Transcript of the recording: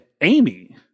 Amy